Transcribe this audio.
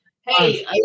Hey